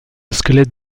squelette